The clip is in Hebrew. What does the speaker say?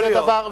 יכול להיות.